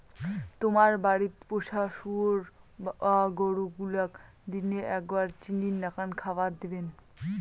তোমার বাড়িত পোষা শুয়োর বা গরু গুলাক দিনে এ্যাকবার চিনির নাকান খাবার দিবেন